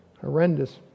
horrendous